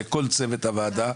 לכל צוות הוועדה,